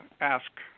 ask